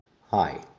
Hi